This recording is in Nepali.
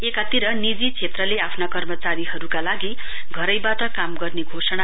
एकातिर निजी क्षेत्रले आफ्ना कर्मचारीहरुका लागि घरैबाट काम गर्न सकिने घोषणा गरयो